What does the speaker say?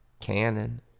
canon